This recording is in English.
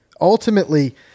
Ultimately